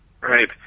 Right